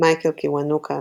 מייקל קיוונוקה,